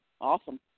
awesome